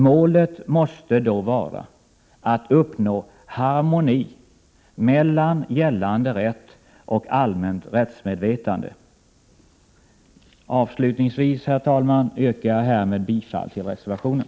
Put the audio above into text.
Målet måste då vara att uppnå harmoni mellan gällande rätt och allmänt rättsmedvetande. Avslutningsvis, herr talman, yrkar jag bifall till reservationen.